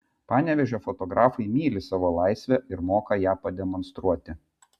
panevėžio fotografai myli savo laisvę ir moka ją pademonstruoti